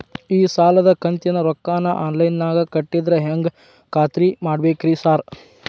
ಈ ಸಾಲದ ಕಂತಿನ ರೊಕ್ಕನಾ ಆನ್ಲೈನ್ ನಾಗ ಕಟ್ಟಿದ್ರ ಹೆಂಗ್ ಖಾತ್ರಿ ಮಾಡ್ಬೇಕ್ರಿ ಸಾರ್?